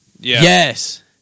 Yes